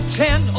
ten